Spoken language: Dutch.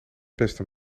beste